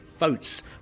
Votes